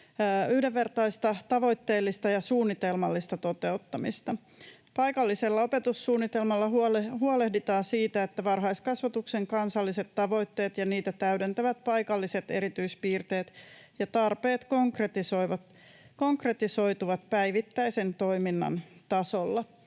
yhdenvertaista, tavoitteellista ja suunnitelmallista toteuttamista. Nimenomaan tällä paikallisella opetussuunnitelmalla huolehditaan siitä, että varhaiskasvatuksen kansalliset tavoitteet ja niitä täydentävät paikalliset erityispiirteet ja ‑tarpeet konkretisoituvat siellä päivittäisen toiminnan tasolla.